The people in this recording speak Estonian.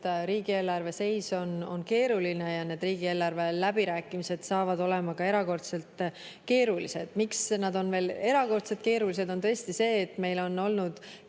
riigieelarve seis on keeruline ja need riigieelarve läbirääkimised saavad olema ka erakordselt keerulised. Miks need on meil erakordselt keerulised? Tõesti, meil on olnud